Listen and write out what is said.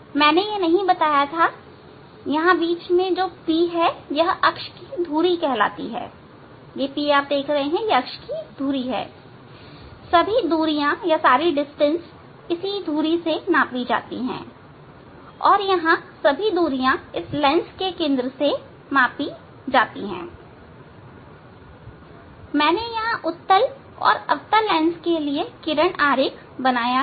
मैंने यह नहीं बताया था यहां बीच में P अक्ष की धुरी कहलाता है सभी दूरियां यहां धुरी से नापी जाती हैं और यहां सभी दूरियां इस लेंस के केंद्र से मापी जाती हैं मैंने यहां उत्तल और अवतल लेंस के लिए किरण आरेख बनाया है